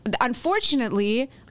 unfortunately